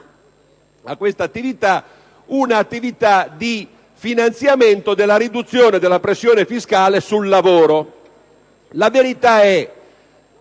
a quest'attività una di finanziamento della riduzione della pressione fiscale sul lavoro. La verità è